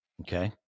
okay